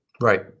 Right